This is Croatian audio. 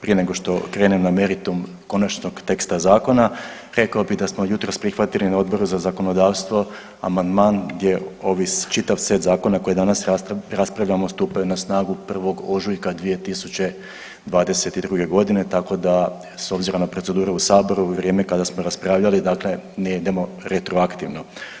Prije nego što krenem na meritum konačnog teksta zakona rekao bi da smo jutros prihvatili na Odboru za zakonodavstvo amandman gdje ovi čitav set zakona koje danas raspravljamo stupaju na snagu 1. ožujka 2022. godine tako da s obzirom na procedure u saboru u vrijeme kada smo raspravljali dakle ne idemo retroaktivno.